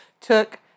took